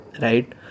right